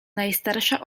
najstarsza